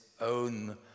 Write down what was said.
own